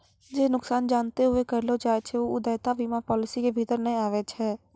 जे नुकसान जानते हुये करलो जाय छै उ देयता बीमा पालिसी के भीतर नै आबै छै